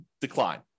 decline